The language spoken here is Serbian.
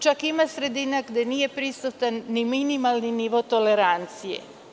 Čak ima sredina gde nije prisutan ni minimalni nivo tolerancije.